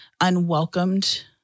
unwelcomed